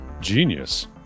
Genius